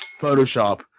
Photoshop